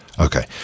Okay